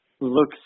looks